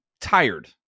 tired